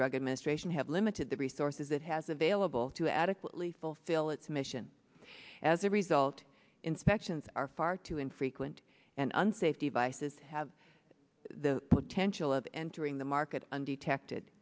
drug administration have limited the resources it has available to adequately fulfill its mission as a result inspections are far too infrequent and unsafe devices have the potential of entering the market undetected